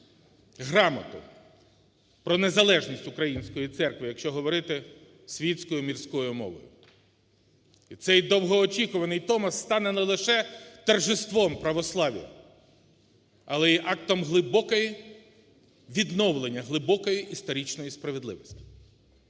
Грамоту про незалежність української церкви, якщо говорити світською мирською мовою. І цей довгоочікуваний Томос стане не лише торжеством православ'я, але і актом глибокої, відновлення глибокої історичної справедливості.